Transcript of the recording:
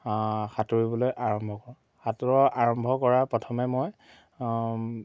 সাঁতুৰিবলৈ আৰম্ভ কৰোঁ সাঁতোৰাৰ আৰম্ভ কৰা প্ৰথমে মই